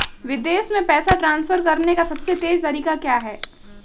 विदेश में पैसा ट्रांसफर करने का सबसे तेज़ तरीका क्या है?